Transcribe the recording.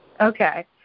Okay